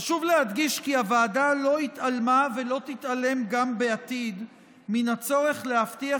חשוב להדגיש כי הוועדה לא התעלמה ולא תתעלם גם בעתיד מן הצורך להבטיח